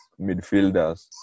midfielders